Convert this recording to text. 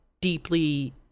deeply